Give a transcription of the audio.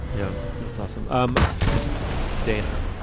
you know that's awesome. um dana